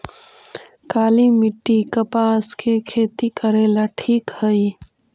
काली मिट्टी, कपास के खेती करेला ठिक हइ?